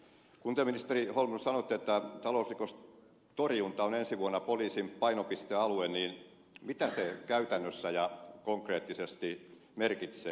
kun te ministeri holmlund sanoitte että talousrikostorjunta on ensi vuonna poliisin painopistealue niin mitä se käytännössä ja konkreettisesti merkitsee